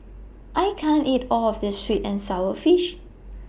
I can't eat All of This Sweet and Sour Fish